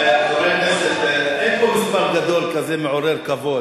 חבר הכנסת, אין פה מספר כזה גדול, מעורר כבוד.